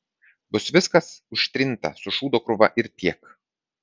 bus viskas užtrinta su šūdo krūva ir tiek